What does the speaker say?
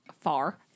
Far